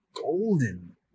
Golden